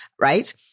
right